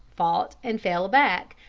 fought and fell back,